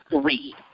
three